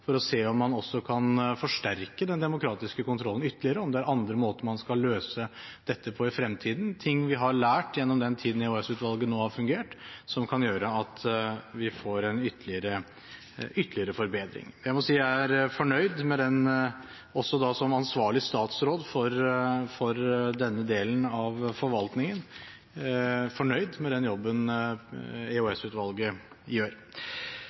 for å se om man også kan forsterke den demokratiske kontrollen ytterligere, om det er andre måter man skal løse dette på i fremtiden, og om det er ting vi har lært gjennom den tiden EOS-utvalget nå har fungert, som kan gjøre at vi får en ytterligere forbedring. Jeg må si at jeg er fornøyd, også som ansvarlig statsråd for denne delen av forvaltningen, med den jobben EOS-utvalget gjør.